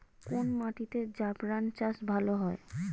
কোন মাটিতে জাফরান চাষ ভালো হয়?